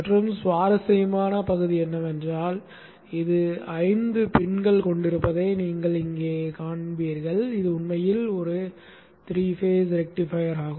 மற்றொரு சுவாரஸ்யமான பகுதி என்னவென்றால் இது 5 பின்கள் கொண்டிருப்பதை நீங்கள் இங்கே காண்பீர்கள் இது உண்மையில் ஒரு 3 கட்ட ரெக்டிஃபையர் ஆகும்